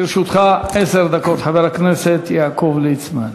לרשותך עשר דקות, חבר הכנסת יעקב ליצמן.